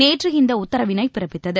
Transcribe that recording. நேற்று இந்த உத்தரவினை பிறப்பித்தது